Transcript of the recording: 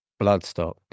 Bloodstock